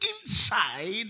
inside